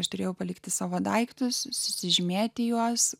aš turėjau palikti savo daiktus susižymėti juos